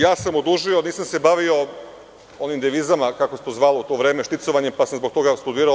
Ja sam odužio, nisam se bavio ovim devizama kako se to zvalo u to vreme, šticovanjem, pa sam zbog toga studirao.